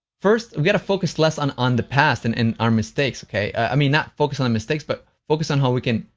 first we've got to focus less on on the past and in our mistakes, okay? i mean, not focus on the mistakes but focus on how we can